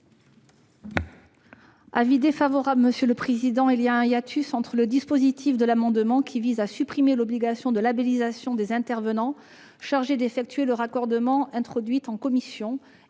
Avis défavorable. Il y a un hiatus entre le dispositif de l'amendement, qui vise à supprimer l'obligation de labellisation des intervenants chargés d'effectuer le raccordement introduite en commission,